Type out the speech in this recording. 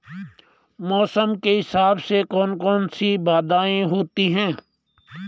मौसम के हिसाब से कौन कौन सी बाधाएं होती हैं?